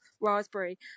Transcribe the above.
raspberry